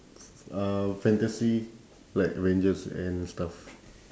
f~ f~ uh fantasy like avengers and stuff